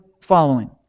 following